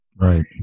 Right